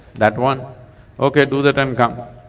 that one okay do that and come.